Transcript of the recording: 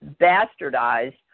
bastardized